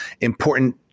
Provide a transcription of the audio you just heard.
important